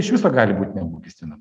iš viso gali būt neapmokestinama